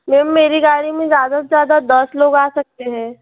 ma'am मेरी गाड़ी में ज़्यादा से ज़्यादा दस लोग आ सकते हैं